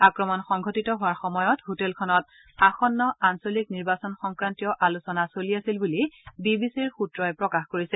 আক্ৰমণ সংঘটিত হোৱাৰ সময়ত হোটেলখনত আসন্ন আঞ্চলিক নিৰ্বাচন সংক্ৰান্তীয় আলোচনা চলি আছিল বুলি বিবিচিৰ সূত্ৰই প্ৰকাশ কৰিছে